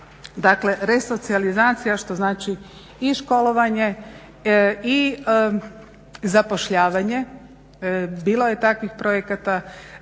Dakle, resocijalizacija što znači i školovanje i zapošljavanje, bilo je takvih projekata